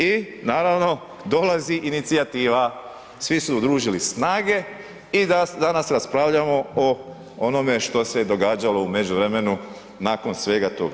I naravno, dolazi inicijativa, svi su udružili snage i danas raspravljamo o onome što se događalo u međuvremenu nakon svega toga.